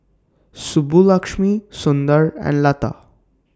Subbulakshmi Sundar and Lata